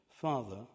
Father